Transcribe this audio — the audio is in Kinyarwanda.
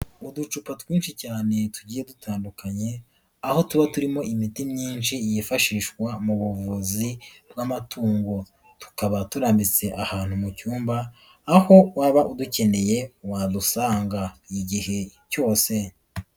Uducupa twinshi cyane tugiye dutandukanye, aho tuba turimo imiti myinshi yifashishwa mu buvuzi bw'amatungo, tukaba turambitse ahantu mu cyumba, aho waba udukeneye wadusanga igihe cyose.